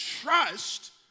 trust